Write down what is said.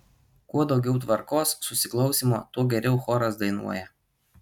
kuo daugiau tvarkos susiklausymo tuo geriau choras dainuoja